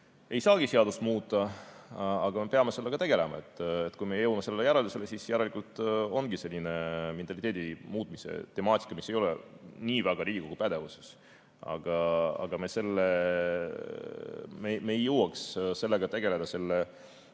ei saagi seadust muuta, aga me peame selle [teemaga] tegelema. Kui me jõuame sellele järeldusele, siis järelikult see ongi selline mentaliteedi muutmise temaatika, mis ei ole nii väga Riigikogu pädevuses, aga me ei jõuaks sellega tegeleda selle